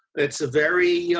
it's a very. yeah